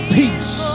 peace